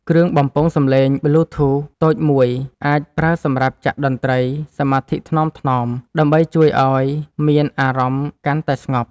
គ្រឿងបំពងសំឡេងប៊្លូធូសតូចមួយ អាចប្រើសម្រាប់ចាក់តន្ត្រីសមាធិថ្នមៗ ដើម្បីជួយឱ្យមានអារម្មណ៍កាន់តែស្ងប់។